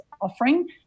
offering